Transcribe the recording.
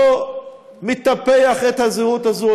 לא מטפח את הזהות הזאת,